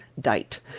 date